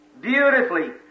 beautifully